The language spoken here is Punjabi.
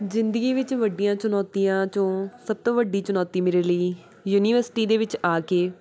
ਜ਼ਿੰਦਗੀ ਵਿੱਚ ਵੱਡੀਆਂ ਚੁਣੌਤੀਆਂ 'ਚੋਂ ਸਭ ਤੋਂ ਵੱਡੀ ਚੁਣੌਤੀ ਮੇਰੇ ਲਈ ਯੂਨੀਵਰਸਿਟੀ ਦੇ ਵਿੱਚ ਆ ਕੇ